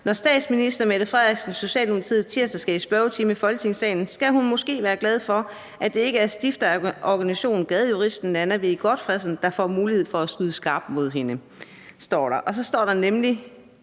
»Når statsminister Mette Frederiksen (S) tirsdag skal i spørgetime i folketingssalen, skal hun måske være glad for, at det ikke er stifter af organisationen Gadejuristen Nanna W. Gotfredsen, der får mulighed for at skyde med skarpt mod hende.« Det står der, og